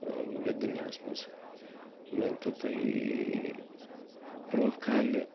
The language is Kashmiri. یَتھ دُنیاہَس منٛز مٲنۍتو تُہۍ برونٛہہ کالہِ